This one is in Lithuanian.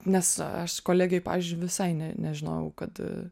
nes aš kolegijoj pavyzdžiui visai ne nežinojau kad